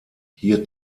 hier